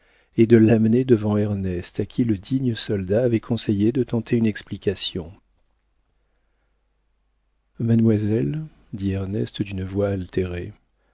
et de l'amener devant ernest à qui le digne soldat avait conseillé de tenter une explication mademoiselle dit ernest d'une voix altérée